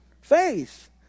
Faith